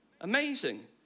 Amazing